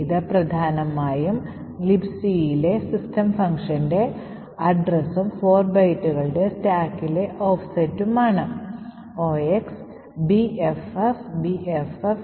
ഇത് പ്രധാനമായും Libc ലെ സിസ്റ്റം ഫംഗ്ഷന്റെ അഡ്രസ്സും 4 ബൈറ്റുകളുടെ സ്റ്റാക്കിലെ ഓഫ് സെറ്റും ആണ്